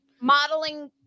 modeling